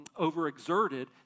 overexerted